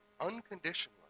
unconditionally